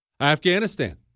Afghanistan